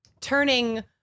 turning